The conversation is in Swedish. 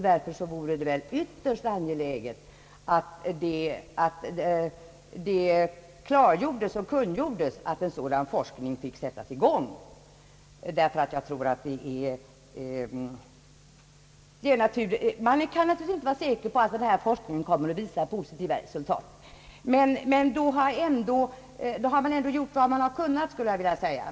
Därför vore det väl ytterst angeläget att det kungjordes att en sådan forskning fick sättas i gång. Man kan naturligtvis inte vara säker på att denna forskning kommer att ge positiva resultat, men då har man väl ändå gjort vad man har kunnat, skulle jag vilja säga.